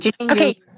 okay